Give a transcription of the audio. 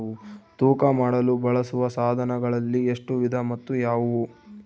ತೂಕ ಮಾಡಲು ಬಳಸುವ ಸಾಧನಗಳಲ್ಲಿ ಎಷ್ಟು ವಿಧ ಮತ್ತು ಯಾವುವು?